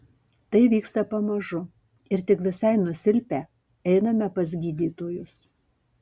tai vyksta pamažu ir tik visai nusilpę einame pas gydytojus